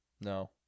no